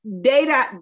data